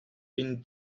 been